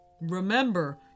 Remember